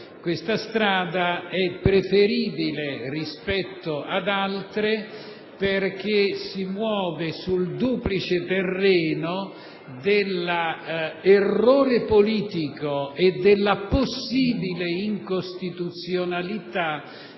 Questa strada è preferibile rispetto ad altre, perché si muove sul duplice terreno dell'errore politico e della possibile incostituzionalità